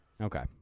Okay